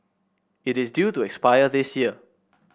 it is due to expire this year